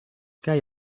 guy